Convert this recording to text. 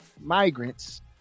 migrants